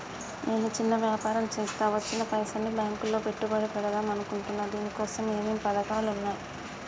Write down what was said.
నేను చిన్న వ్యాపారం చేస్తా వచ్చిన పైసల్ని బ్యాంకులో పెట్టుబడి పెడదాం అనుకుంటున్నా దీనికోసం ఏమేం పథకాలు ఉన్నాయ్?